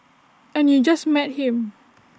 and you just met him